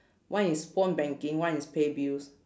one is phone banking one is pay bills